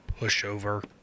pushover